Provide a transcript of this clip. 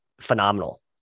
phenomenal